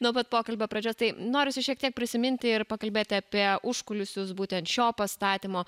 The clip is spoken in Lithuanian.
nuo pat pokalbio pradžios taip norisi šiek tiek prisiminti ir pakalbėti apie užkulisius būtent šio pastatymo